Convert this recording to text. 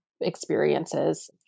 experiences